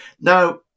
Now